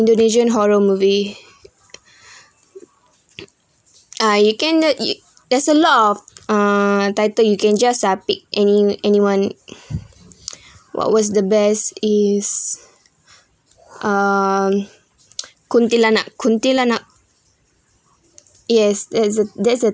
indonesian horror movie ah you cannot you there's a lot of uh title you can just uh pick any anyone what was the best is um kuntilanak kuntilanak yes that's a that's